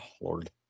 lord